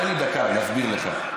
תן לי דקה, אני אסביר לך.